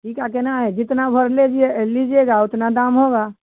ठीक है अगना है जितना भरी ले लीजिए लीजिएगा उतना दाम होगा